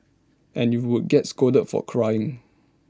and you would get scolded for crying